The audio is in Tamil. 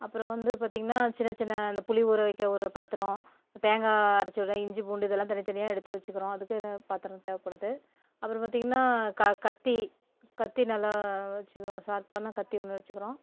அப்புறம் வந்து பார்த்தீங்கன்னா சின்ன சின்ன அந்த புளி ஊற வைக்க ஒரு பாத்திரம் தேங்காய் அரைச்சி விட இஞ்சி பூண்டு இதெல்லாம் தனிதனியாக எடுத்து வச்சுக்கிறோம் அதுக்கும் எதாவது பாத்திரம் தேவைபடுது அப்புறம் பார்த்தீங்கன்னா கா கத்தி கத்தி நல்லா வச்சுக்கிறோம் ஷார்ப்பான கத்தி ஒன்று வச்சுக்கிறோம்